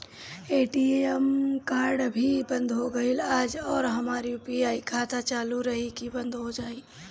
ATM card अभी बंद हो गईल आज और हमार यू.पी.आई खाता चालू रही की बन्द हो जाई?